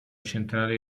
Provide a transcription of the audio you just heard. centrale